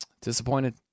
Disappointed